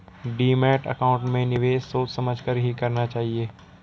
demat account में निवेश सोच समझ कर ही करना चाहिए